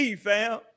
fam